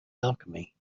alchemy